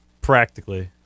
Practically